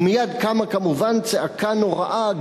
ומייד קמה כמובן צעקה נוראה,